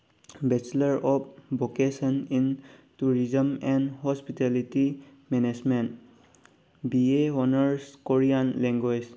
bachelor of vocation in tourism and hospitality management B A honors Korean language